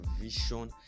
vision